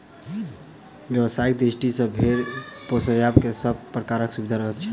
व्यवसायिक दृष्टि सॅ भेंड़ पोसयबला के सभ प्रकारक सुविधा रहैत छै